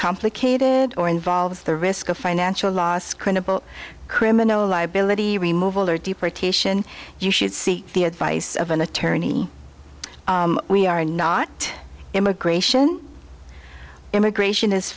complicated or involves the risk of financial loss credible criminal liability remove all or deportation you should seek the advice of an attorney we are not immigration immigration is